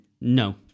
no